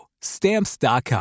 Stamps.com